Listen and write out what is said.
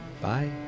Bye